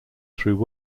through